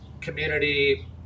community